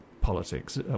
politics